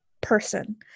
person